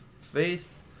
faith